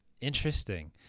Interesting